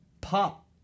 pop